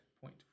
point